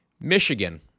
Michigan